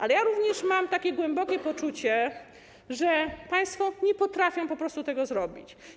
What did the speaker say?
Ale również mam takie głębokie poczucie, że państwo nie potrafią po prostu tego zrobić.